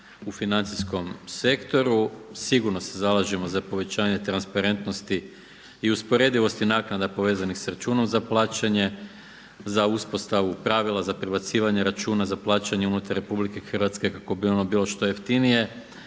u financijskom sektoru. Sigurno se zalažemo za povećanje transparentnosti i usporedivosti naknada povezanih sa računom za plaćanje, za uspostavu pravila za prebacivanje računa za plaćanje unutar RH kako bi ono bilo što jeftinije,